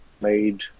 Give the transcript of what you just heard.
made